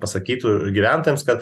pasakytų gyventojams kad